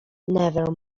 never